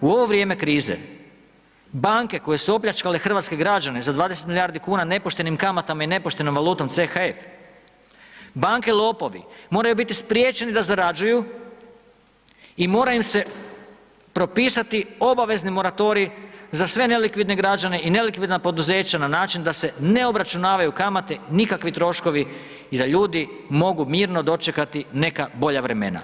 U ovo vrijeme krize, banke koje su opljačkale hrvatske građane za 20 milijardi kuna nepoštenim kamatama i nepoštenom valutom CHF, banke lopovi moraju biti spriječeni da zarađuju i mora im se propisati obavezni moratorij za sve nelikvidne građane i nelikvidna poduzeća na način da se ne obračunavaju kamate, nikakvi troškovi i da ljudi mogu mirno dočekati neka bolja vremena.